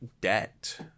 debt